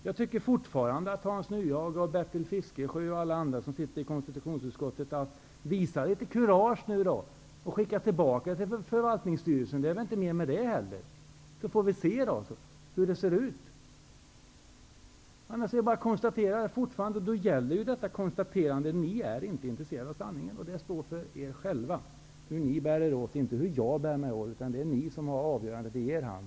Jag tycker fortfarande att Hans Nyhage, Bertil Fiskesjö och alla andra i konstitutionsutskottet skall visa litet kurage och skicka tillbaka ärendet till förvaltningsstyrelsen. Det är inte mer med det. Då får vi se hur det går. Annars är det bara att konstatera att det jag sade fortfarande gäller, dvs. att ni inte är intresserade av sanningen. Det får stå för er själva hur ni bär er åt, inte hur jag bär mig åt. Det är ni som har avgörandet i er hand.